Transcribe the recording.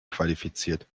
qualifiziert